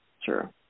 Sure